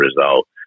result